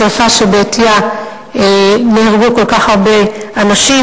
השרפה שבעטיה נהרגו כל כך הרבה אנשים.